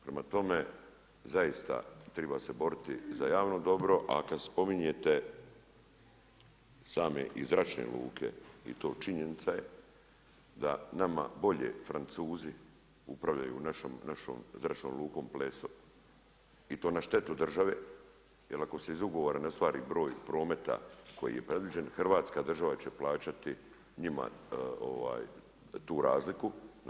Prema tome, zaista treba se boriti za javno dobro, a kad spominjete sami iz zračne luke, i to činjenica je da nama bolje Francuzi upravljaju našom zračnom lukom Pleso i to na štetu države, jer ako se iz ugovora ne ostvari broj prometa koji je predviđen, Hrvatska država će plaćati njima tu razliku.